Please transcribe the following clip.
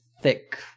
thick